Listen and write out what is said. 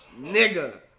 nigga